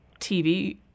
TV